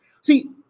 See